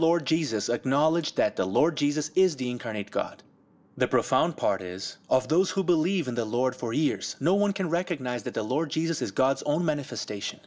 lord jesus acknowledged that the lord jesus is the incarnate god the profound part is of those who believe in the lord for years no one can recognize that the lord jesus is god's own manifestation